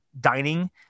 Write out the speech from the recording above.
dining